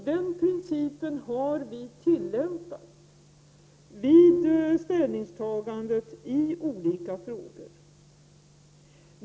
Den principen har vi tillämpat vid ställningstagandet till olika frågor.